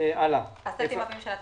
הצבעה בעד, 3 נגד, אין נמנעים,